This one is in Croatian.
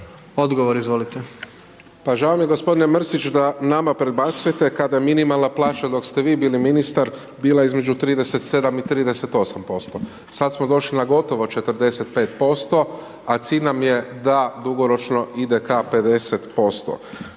Marko (HDZ)** Pa žao mi je gospodine Mrsić da nama prebacujete kada minimalna plaća dok ste vi bili ministar bila između 37 i 38%, sad smo došli na gotovo 45% a cilj nam je da dugoročno ide ka 50%.